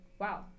Wow